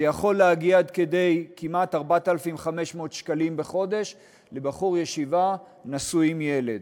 זה יכול להגיע עד כדי כמעט 4,500 שקלים בחודש לבחור ישיבה נשוי עם ילד.